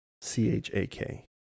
C-H-A-K